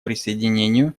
присоединению